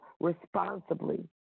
responsibly